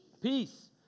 Peace